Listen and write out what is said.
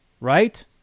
Right